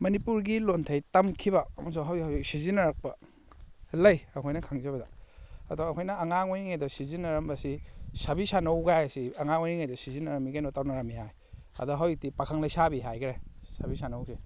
ꯃꯅꯤꯄꯨꯔꯒꯤ ꯂꯣꯟꯊꯩ ꯇꯝꯈꯤꯕ ꯑꯃꯁꯨꯡ ꯍꯧꯖꯤꯛ ꯍꯧꯖꯤꯛ ꯁꯤꯖꯤꯟꯅꯔꯛꯄ ꯂꯩ ꯑꯩꯈꯣꯏꯅ ꯈꯪꯖꯕꯗ ꯑꯗꯣ ꯑꯩꯈꯣꯏꯅ ꯑꯉꯥꯡ ꯑꯣꯏꯔꯤꯉꯩꯗ ꯁꯤꯖꯤꯟꯅꯔꯝꯕꯁꯤ ꯁꯥꯕꯤ ꯁꯥꯅꯧꯒ ꯍꯥꯏꯔꯤꯁꯤ ꯑꯉꯥꯡ ꯑꯣꯏꯔꯤꯉꯩꯗ ꯁꯤꯖꯤꯟꯅꯔꯝꯃꯤ ꯀꯩꯅꯣ ꯇꯧꯅꯔꯝꯃꯤ ꯍꯥꯏ ꯑꯗꯣ ꯍꯧꯖꯤꯛꯇꯤ ꯄꯥꯈꯪ ꯂꯩꯁꯥꯕꯤ ꯍꯥꯏꯈ꯭ꯔꯦ ꯁꯥꯕꯤ ꯁꯥꯅꯧꯁꯦ